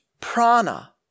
prana